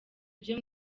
ibyo